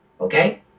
Okay